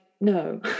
no